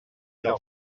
del